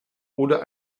oder